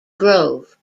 grove